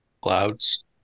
Clouds